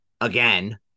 again